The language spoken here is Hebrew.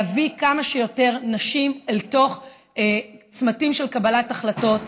להביא כמה שיותר נשים אל צמתים של קבלת החלטות,